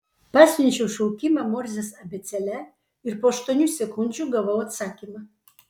pasiunčiau šaukimą morzės abėcėle ir po aštuonių sekundžių gavau atsakymą